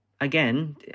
again